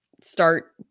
start